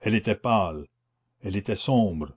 elle était pâle elle était sombre